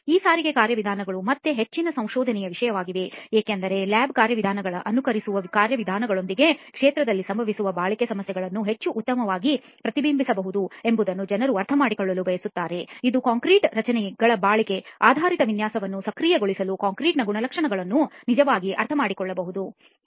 ಈಗ ಸಾರಿಗೆ ಕಾರ್ಯವಿಧಾನಗಳು ಮತ್ತೆ ಹೆಚ್ಚಿನ ಸಂಶೋಧನೆಯ ವಿಷಯವಾಗಿದೆ ಏಕೆಂದರೆ ಲ್ಯಾಬ್ ಕಾರ್ಯವಿಧಾನಗಳ ಅನುಕರಿಸುವ ಕಾರ್ಯವಿಧಾನಗಳೊಂದಿಗೆ ಕ್ಷೇತ್ರದಲ್ಲಿ ಸಂಭವಿಸುವ ಬಾಳಿಕೆ ಸಮಸ್ಯೆಗಳನ್ನು ಹೇಗೆ ಉತ್ತಮವಾಗಿ ಪ್ರತಿಬಿಂಬಿಸಬೇಕು ಎಂಬುದನ್ನು ಜನರು ಅರ್ಥಮಾಡಿಕೊಳ್ಳಲು ಬಯಸುತ್ತಾರೆ ಇದು ಕಾಂಕ್ರೀಟ್ ರಚನೆಗಳ ಬಾಳಿಕೆ ಆಧಾರಿತ ವಿನ್ಯಾಸವನ್ನು ಸಕ್ರಿಯಗೊಳಿಸಲು ಕಾಂಕ್ರೀಟ್ನ ಗುಣಲಕ್ಷಣಗಳನ್ನು ನಿಜವಾಗಿ ಅರ್ಥಮಾಡಿಕೊಳ್ಳಬಹುದು